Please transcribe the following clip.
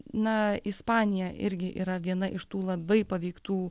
na ispanija irgi yra viena iš tų labai paveiktų